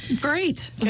Great